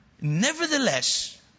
Nevertheless